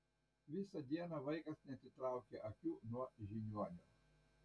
visą dieną vaikas neatitraukė akių nuo žiniuonio